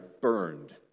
burned